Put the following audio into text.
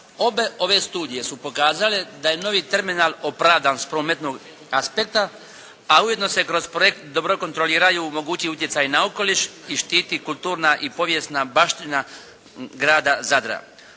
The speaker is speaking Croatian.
Obe ove studije su pokazale da je novi terminal opravdan s prometnog aspekta a ujedno se kroz projekt dobro kontroliraju mogući utjecaji na okoliš i štiti kulturna i povijesna baština grada Zadra.